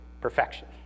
Perfection